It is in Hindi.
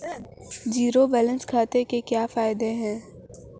ज़ीरो बैलेंस खाते के क्या फायदे हैं?